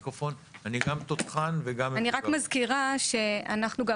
אני מזכירה שאנחנו,